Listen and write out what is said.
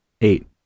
Eight